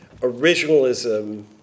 Originalism